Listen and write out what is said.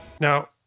Now